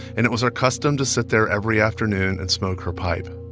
and it was her custom to sit there every afternoon and smoke her pipe